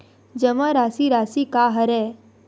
जमा राशि राशि का हरय?